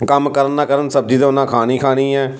ਕੰਮ ਕਰਨ ਨਾ ਕਰਨ ਸਬਜ਼ੀ ਤਾਂ ਉਹਨਾਂ ਖਾਣੀ ਹੀ ਖਾਣੀ ਹੈ